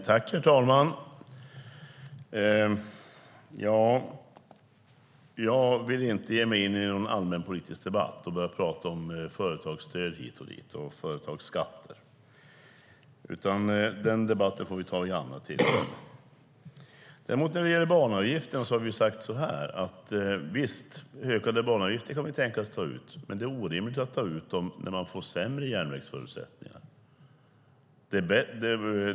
Herr talman! Jag vill inte ge mig in i någon allmänpolitisk debatt och börja tala om företagsstöd hit och dit och företagsskatter. Den debatten får vi ta vid annat tillfälle. När det gäller banavgiften har vi sagt att vi kan tänka oss att ta ut ökade banavgifter. Men det är orimligt att ta ut dem när man får sämre järnvägsförutsättningar.